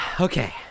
Okay